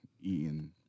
eating